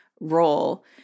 role